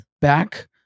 back